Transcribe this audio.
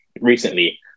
recently